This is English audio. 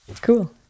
Cool